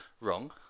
Wrong